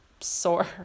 sore